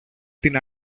την